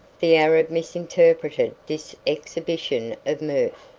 the arab misinterpreted this exhibition of mirth.